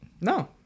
No